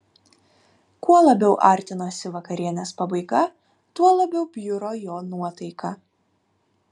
kuo labiau artinosi vakarienės pabaiga tuo labiau bjuro jo nuotaika